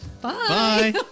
bye